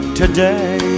today